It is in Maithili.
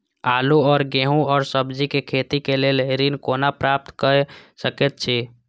आलू और गेहूं और सब्जी के खेती के लेल ऋण कोना प्राप्त कय सकेत छी?